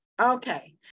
Okay